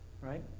right